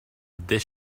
this